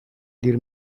dir